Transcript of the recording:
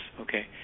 Okay